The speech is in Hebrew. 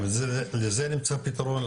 גם לזה נמצא פתרון.